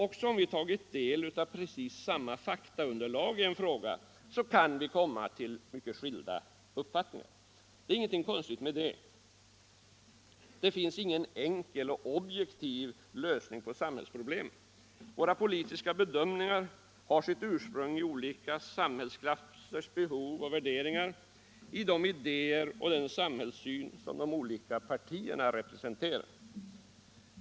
Även om vi tagit del av precis samma faktaunderlag i en fråga, kan vi komma till mycket skilda uppfattningar. Det är ingenting konstigt med det. Det finns ingen enkel och objektiv lösning på samhällsproblemen. Våra politiska bedömningar har sitt ursprung i olika samhällsklassers behov och värderingar, i de idéer och den samhällssyn som de olika partierna representerar.